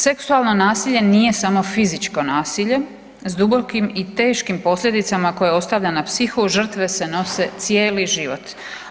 Seksualno nasilje nije samo fizičko nasilje, s dubokim i teškim posljedicama koje ostavlja na psihu žrtve se nose cijeli život.